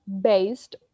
based